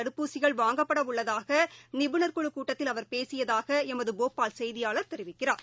தடுப்பூசிகள் வாங்கப்படஉள்ளதாகநிபுணர் இதற்காககூடுதல் கூட்டத்தில் குழு அவர் பேசியதாகஎமதுபோபால் செய்தியாளர் தெரிவிக்கிறார்